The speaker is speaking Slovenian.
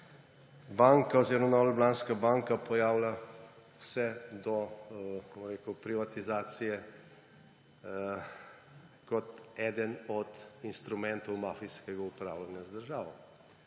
potem Nova Ljubljanska banka pojavila vse do privatizacije kot eden od instrumentov mafijskega upravljanja z državo.